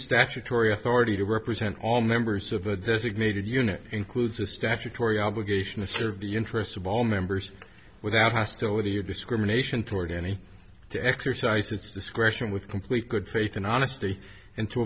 statutory authority to represent all members of a designated unit includes a statutory obligation to serve the interests of all members without hostility of discrimination toward any to exercise its discretion with complete good faith and honesty and to